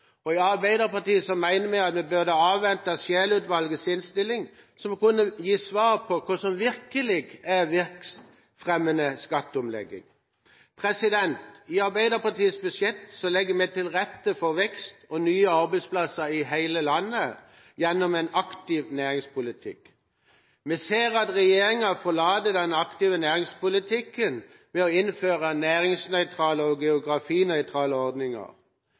og i Arbeiderpartiet mener vi at vi burde avvente Scheel-utvalgets innstilling, som kunne gi svar på hva som virkelig er vekstfremmende skatteomlegging. I Arbeiderpartiets budsjett legger vi til rette for vekst og nye arbeidsplasser i hele landet gjennom en aktiv næringspolitikk. Vi ser at regjeringen forlater den aktive næringspolitikken ved å innføre næringsnøytrale og geografinøytrale ordninger.